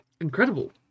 incredible